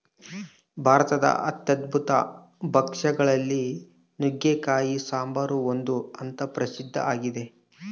ಭಾರತದ ಅದ್ಭುತ ಭಕ್ಷ್ಯ ಗಳಲ್ಲಿ ನುಗ್ಗೆಕಾಯಿ ಸಾಂಬಾರು ಒಂದು ಅಂತ ಪ್ರಸಿದ್ಧ ಆಗಿದೆ